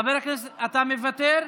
חבר הכנסת, אתה מוותר,